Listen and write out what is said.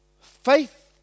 faith